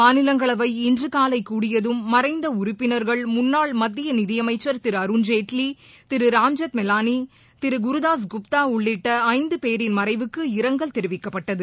மாநிலங்களவை இன்று காலை கூடியதும் மறைந்த உறுப்பினா்கள் முன்னாள் மத்திய நிதி அமைச்சா் அருண்ஜேட்லி ராம்ஜெத்மலாளி குருதாஸ் தாஸ் குப்தா உள்ளிட்ட ஐந்து பேரின் மறைவுக்கு இரங்கல் தெரிவிக்கப்பட்டது